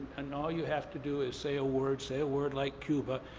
and all you have to do is say a word, say a word like cuba,